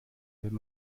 wenn